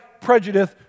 prejudice